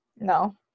No